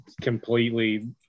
completely